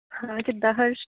ਹਾਂ ਕਿੱਦਾਂ ਹਰਸ਼